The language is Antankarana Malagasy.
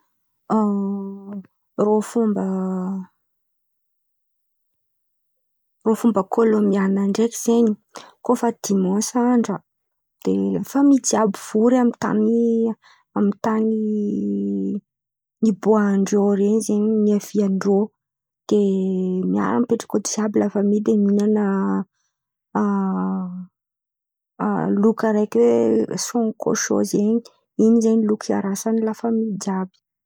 Arô fomba- rô fomba kolombian ndraiky zen̈y. Koa fa dimansy andra, de lafamy jiàby vory am-tany am-tan̈y niboan-drô ren̈y zen̈y, niavian-drô. De miara-mipetraka io jiàby lafamy. De miara mihin̈a a- a- aloky araiky hoe san-koson zen̈y. Ke in̈y zen̈y iarasan ny lafamy jiàby.